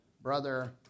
brother